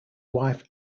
wife